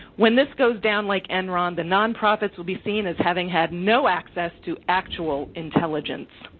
when this goes down like enron, the nonprofits will be seen as having had no access to actual intelligence.